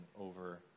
over